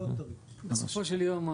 בסופו של יום,